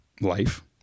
Life